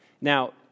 Now